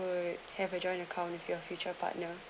would have a joint account with your future partner